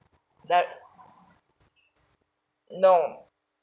the no